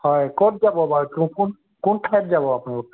হয় ক'ত যাব বাৰু কোন ঠাইত যাব আপুনি